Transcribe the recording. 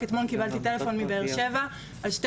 רק אתמול קיבלתי טלפון מבאר שבע על שתי